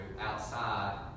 outside